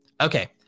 Okay